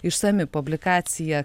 išsami publikacija